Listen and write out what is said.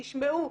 תשמעו,